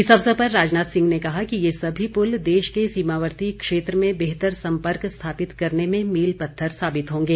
इस अवसर पर राजनाथ सिंह ने कहा कि ये सभी पुल देश के सीमावर्ती क्षेत्र में बेहतर सम्पर्क स्थापित करने में मील पत्थर साबित होंगे